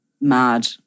mad